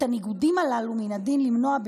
את הניגודים הללו מן הדין למנוע.